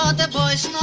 ah and boys